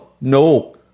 No